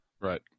Right